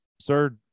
sir